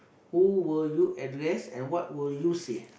who will you address and what will you say